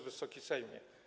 Wysoki Sejmie!